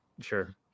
Sure